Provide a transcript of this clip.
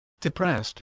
depressed